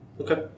Okay